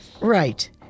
Right